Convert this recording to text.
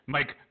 Mike